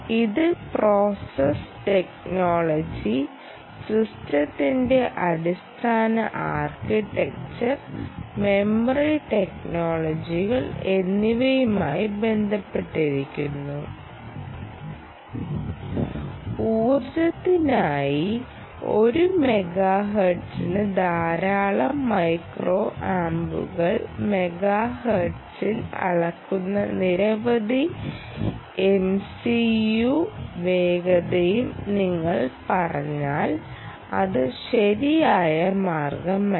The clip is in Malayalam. ഇത് പ്രോസസ്സ് ടെക്നോളജി സിസ്റ്റത്തിന്റെ അടിസ്ഥാന ആർക്കിടെക്ചർ മെമ്മറി ടെക്നോളജികൾ എന്നിവയുമായി ബന്ധപ്പെട്ടിരിക്കുന്നു ഊർജ്ജത്തിനായി ഒരു മെഗാഹെർട്സിന് ധാരാളം മൈക്രോ ആമ്പുകളും മെഗാഹെർട്സിൽ അളക്കുന്ന നിരവധി എംസിയു വേഗതയും നിങ്ങൾ പറഞ്ഞാൽ അത് ശരിയായ മാർഗമല്ല